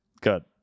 good